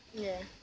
yeah